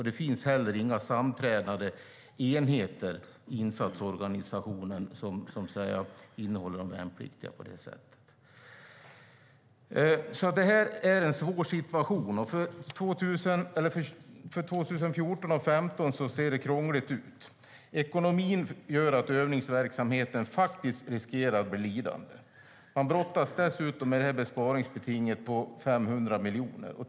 Det finns inte heller några samtränade enheter i insatsorganisationen som innehåller de värnpliktiga på det sättet. Det är alltså en svår situation. Inför 2014 och 2015 ser det krångligt ut. Ekonomin gör att övningsverksamheten riskerar att bli lidande. Man brottas dessutom med ett besparingsbeting på 500 miljoner kronor.